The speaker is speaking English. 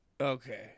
Okay